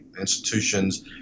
institutions